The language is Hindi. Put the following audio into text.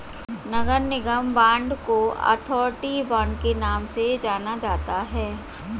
नगर निगम बांड को अथॉरिटी बांड के नाम से भी जाना जाता है